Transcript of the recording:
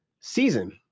season